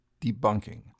debunking